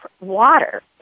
water